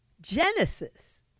Genesis